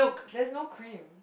there's no cream